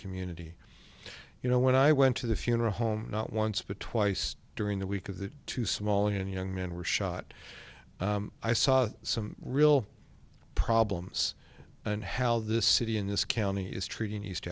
community you know when i went to the funeral home not once but twice during the week of that too small and young men were shot i saw some real problems and how the city in this county is treating east